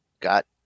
got